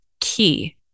key